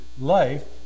life